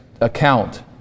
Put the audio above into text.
account